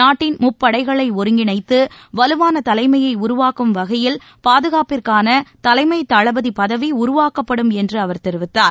நாட்டின் முப்படைகளை ஒருங்கிணைத்து வலுவான தலைமையை உருவாக்கும் வகையில் பாதகாப்பிற்கான தலைம் தளபதி பதவி உருவாக்கப்படும் என்று அவர் தெரிவித்தார்